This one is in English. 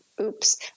Oops